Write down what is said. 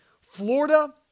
Florida